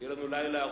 יהיה לנו לילה ארוך,